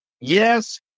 yes